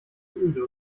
öde